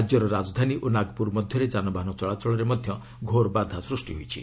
ରାଜ୍ୟର ରାଜଧାନୀ ଓ ନାଗପୁର ମଧ୍ୟରେ ଯାନବାହନ ଚଳାଚଳରେ ମଧ୍ୟ ଘୋର ବାଧାସୃଷ୍ଟି ହୋଇଛି